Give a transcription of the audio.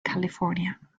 california